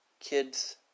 Kids